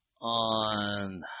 on